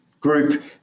group